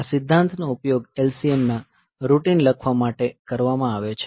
આ સિદ્ધાંતનો ઉપયોગ LCM ના રૂટિન લખવા માટે કરવામાં આવશે